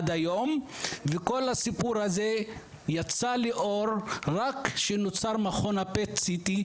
כשכל הסיפור הזה יצא לאור רק כשנוצר מכון ה-PET-CT.